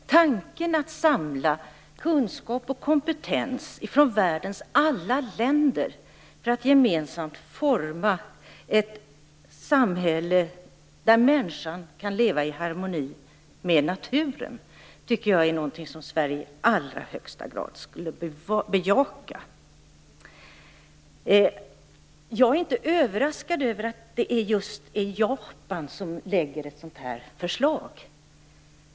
Tanken att samla kunskap och kompetens från världens alla länder för att gemensamt forma ett samhälle där människan kan leva i harmoni med naturen är något som Sverige i allra högsta grad skall bejaka. Jag är inte överraskad över att det är just Japan som har lagt fram ett sådant förslag.